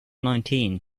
nineteen